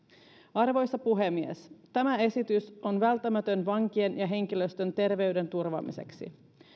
arvoisa puhemies tämä esitys on välttämätön vankien ja henkilöstön terveyden turvaamiseksi